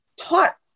taught